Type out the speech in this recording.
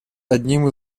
одним